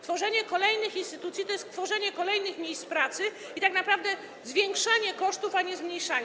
Tworzenie kolejnych instytucji to jest tworzenie kolejnych miejsc pracy i tak naprawdę zwiększanie kosztów, a nie zmniejszanie.